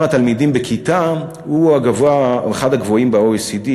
התלמידים בכיתה הוא אחד הגבוהים ב-OECD,